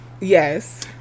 Yes